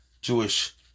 Jewish